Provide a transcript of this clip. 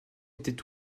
étaient